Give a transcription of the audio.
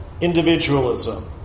individualism